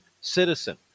citizen